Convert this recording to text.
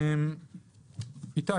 איתי,